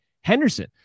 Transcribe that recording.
Henderson